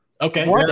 Okay